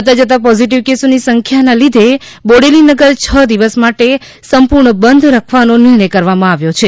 વધતા જતાં પોઝીટીવ કેસોની સંખ્યાના લીધે બોડેલીનગર છ દિવસ માટે સંપૂર્ણ બંધ રાખવાનો નિર્ણય કરાયો છે